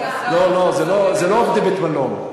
לא, לא, זה לא עובדי בית-מלון.